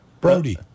Brody